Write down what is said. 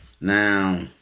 Now